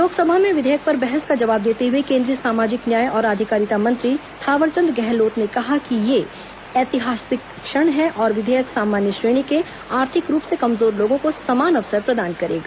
लोकसभा में विधेयक पर बहस का जवाब देते हुए केंद्रीय सामाजिक न्याय और आधिकारिता मंत्री थावरचंद गहलोत ने कहा कि यह ऐतिहासिक क्षण है और विधेयक सामान्य श्रेणी के आर्थिक रूप से कमजोर लोगों को समान अवसर प्रदान करेगा